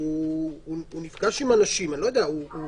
הוא נפגש עם אנשים, הוא